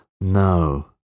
No